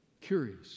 Curious